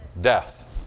death